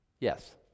Yes